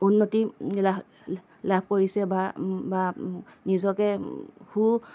উন্নতি লাভ লাভ কৰিছে বা বা নিজকে সুৰ